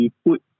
put